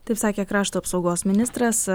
taip sakė krašto apsaugos ministras